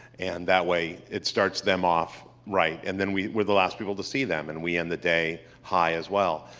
and that way, it starts them off right. and then we're the last people to see them, and we end the day high as well.